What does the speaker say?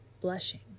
Blushing